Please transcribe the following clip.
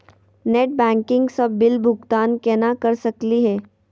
Net banking स bill भुगतान केना कर सकली हे?